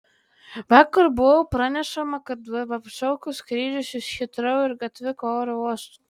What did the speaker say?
vakar buvo pranešama apie atšauktus skrydžius iš hitrou ir gatviko oro uostų